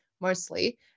mostly